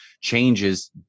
changes